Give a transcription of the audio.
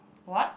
what